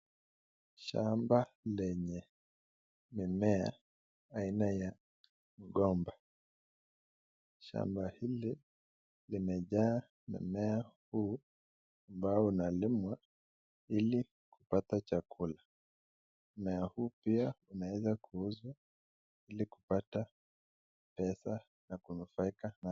Shamba lenye mimea aina ya mgomba, shamba hili limejaa mimea huu ambao unalimwa ili kupata chakula ,mimea huu pia unaweza kuuzwa ili kupata pesa na kunufaika na...